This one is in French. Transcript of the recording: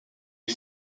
les